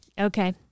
Okay